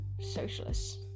socialists